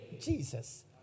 Jesus